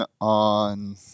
on